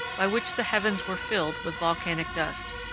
by which the heavens were filled with volcanic dust.